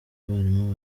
abarimu